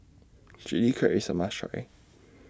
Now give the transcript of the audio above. Chilli Crab IS A must Try